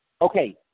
okay